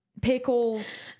pickles